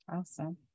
Awesome